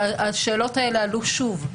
השאלות האלה עלו שוב.